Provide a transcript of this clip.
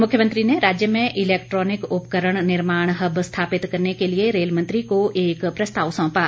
मुख्यमंत्री ने राज्य में इलैक्ट्रॉनिक उपकरण निर्माण हब स्थापित करने के लिए रेल मंत्री को एक प्रस्ताव सौंपा